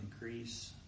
increase